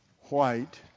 white